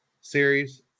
series